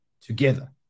together